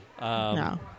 No